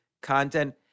content